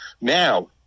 Now